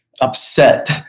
upset